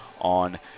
on